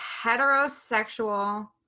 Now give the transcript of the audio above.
heterosexual